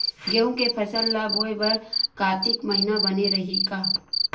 गेहूं के फसल ल बोय बर कातिक महिना बने रहि का?